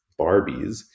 Barbies